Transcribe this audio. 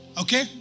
Okay